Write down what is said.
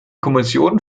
kommission